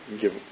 give